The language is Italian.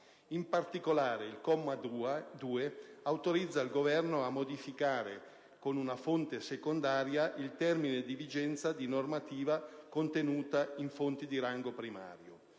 In particolare, il comma 2 autorizza il Governo a modificare, con una fonte secondaria, il termine di vigenza di normative contenute in fonti di rango primario.